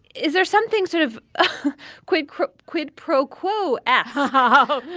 is there something sort of quid quid pro quo? and